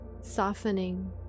softening